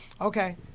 Okay